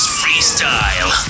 freestyle